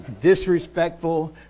Disrespectful